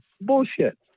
bullshit